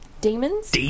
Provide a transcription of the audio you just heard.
Demons